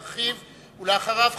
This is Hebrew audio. ואחריו,